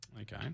Okay